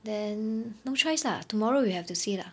then no choice lah tomorrow we have to see lah